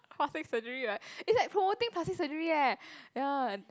plastic surgery right is like promoting plastic surgery eh ya